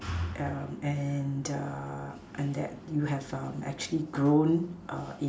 um and err and that you have um actually grown in